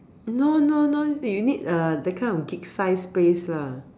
no no no eh you need uh that kind of big size space lah